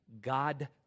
God